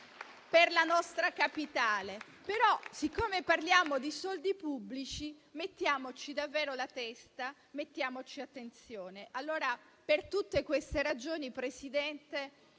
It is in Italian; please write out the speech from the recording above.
per la nostra capitale. Però, siccome parliamo di soldi pubblici, mettiamoci davvero la testa, mettiamoci attenzione. Per tutte queste ragioni, Presidente,